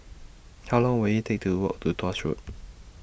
How Long Will IT Take to Walk to Tuas Road